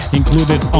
included